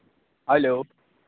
hello